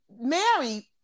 Mary